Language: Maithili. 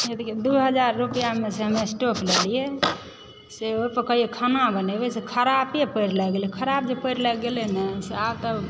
दू हजार रुपैआ मे से हम स्टोव लेलिऐ से ओहि पर कहियो खाना बनेबै से खराबे परि लागि गेलै खराब जे परि लागि गेलै ने से आब तऽ